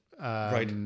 Right